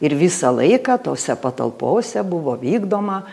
ir visą laiką tose patalpose buvo vykdoma